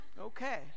Okay